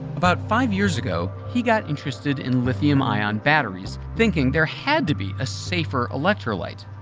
about five years ago, he got interested in lithium ion batteries, thinking there had to be a safer electrolyte.